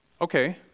Okay